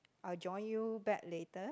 I join you back later